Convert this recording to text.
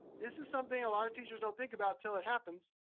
this is something a lot of teachers don't think about until it happens,